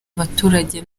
abaturage